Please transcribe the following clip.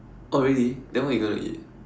oh really then what you gonna eat